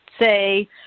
say